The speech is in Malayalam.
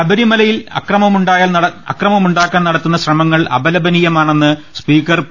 ശബരിമലയിൽ അക്രമമുണ്ടാക്കാൻ നടത്തുന്ന ശ്രമങ്ങൾ അപലപനീയമാണെന്ന് സ്പീക്കർ പി